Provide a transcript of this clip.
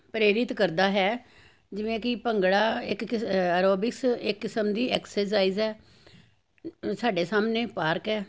ਪ੍ਰੇਰਿਤ ਕਰਦਾ ਹੈ ਜਿਵੇਂ ਕਿ ਭੰਗੜਾ ਇੱਕ ਕਿਸ ਐਰੋਬਿਕਸ ਇੱਕ ਕਿਸਮ ਦੀ ਐਕਸਰਸਾਈਜ਼ ਹੈ ਸਾਡੇ ਸਾਹਮਣੇ ਪਾਰਕ ਹੈ